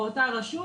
באותה רשות,